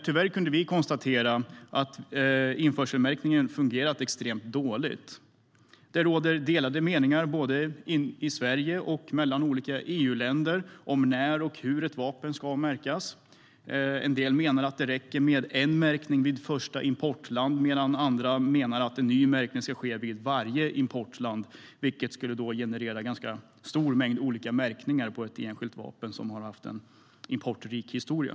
Tyvärr kan vi konstatera att införselmärkningen har fungerat extremt dåligt. Det råder delade meningar både i Sverige och mellan olika EU-länder om när och hur ett vapen ska märkas. En del menar att det räcker med en märkning vid första importland medan andra menar att en ny märkning ska ske vid varje importland, vilket skulle generera en stor mängd olika märkningar på ett enskilt vapen som har en importrik historia.